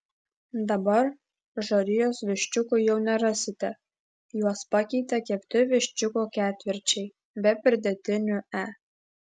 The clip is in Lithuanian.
dabar žarijos viščiukų jau nerasite juos pakeitė kepti viščiukų ketvirčiai be pridėtinių e